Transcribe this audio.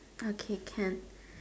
okay can